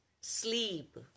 sleep